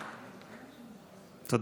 תודה.